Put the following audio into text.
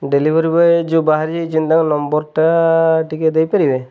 delivery boy ଯୋଉ ବାହାରି ସେଇ ଚିନ୍ତାଙ୍କ ନମ୍ବରଟା ଟିକେ ଦେଇପାରିବେ